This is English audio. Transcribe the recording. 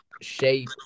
shape